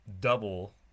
double